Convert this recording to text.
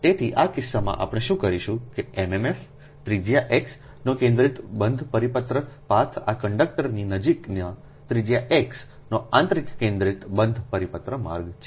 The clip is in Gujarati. તેથી આ કિસ્સામાં આપણે શું કરીશું કે MMF ત્રિજ્યા X નો કેન્દ્રિત બંધ પરિપત્ર પાથ આ કંડક્ટરની નજીકના ત્રિજ્યા X નો આંતરિક કેન્દ્રિત બંધ પરિપત્ર માર્ગ છે